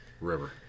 river